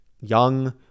young